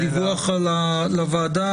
הדיווח לוועדה,